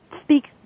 speak